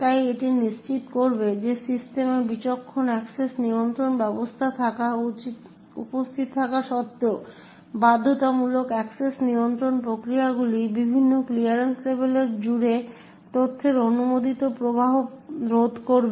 তাই এটি নিশ্চিত করবে যে সিস্টেমে বিচক্ষণ অ্যাক্সেস নিয়ন্ত্রণ ব্যবস্থা উপস্থিত থাকা সত্ত্বেও বাধ্যতামূলক অ্যাক্সেস নিয়ন্ত্রণ প্রক্রিয়াগুলি বিভিন্ন ক্লিয়ারেন্স লেভেলে জুড়ে তথ্যের অননুমোদিত প্রবাহ রোধ করবে